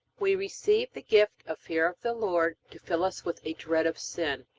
we receive the gift of fear of the lord to fill us with a dread of sin.